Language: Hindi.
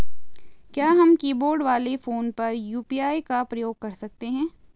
क्या हम कीबोर्ड वाले फोन पर यु.पी.आई का प्रयोग कर सकते हैं?